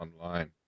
online